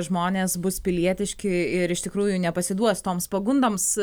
žmonės bus pilietiški ir iš tikrųjų nepasiduos toms pagundoms